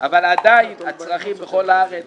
אבל עדיין הצרכים בכל הארץ